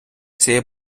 цієї